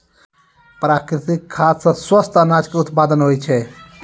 प्राकृतिक खाद सॅ स्वस्थ अनाज के उत्पादन होय छै